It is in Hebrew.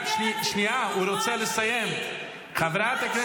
איפה אתם